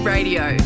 Radio